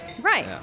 Right